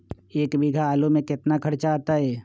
एक बीघा आलू में केतना खर्चा अतै?